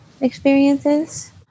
experiences